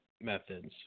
methods